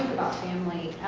family,